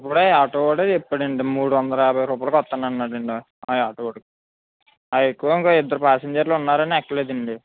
ఇప్పుడే ఆటోవాడే చెప్పాడండి మూడు వందల యాబై రూపాయలకి వస్తానన్నాడండి ఆ ఆటోవాడు ఎక్కువే ఇంకొక ఇద్దరు పాసింజర్లు ఉన్నారని ఎక్కలేదండి